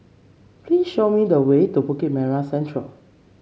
please show me the way to Bukit Merah Central